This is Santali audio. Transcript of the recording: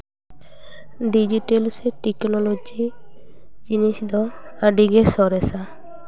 ᱰᱤᱡᱤᱴᱮᱞ ᱥᱮ ᱴᱮᱠᱱᱳᱞᱚᱡᱤ ᱡᱤᱱᱤᱥ ᱫᱚ ᱟᱹᱰᱤᱜᱮ ᱥᱚᱨᱮᱥᱟ